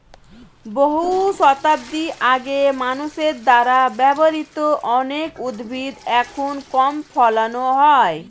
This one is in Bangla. বহু শতাব্দী আগে মানুষের দ্বারা ব্যবহৃত অনেক উদ্ভিদ এখন কম ফলানো হয়